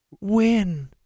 Win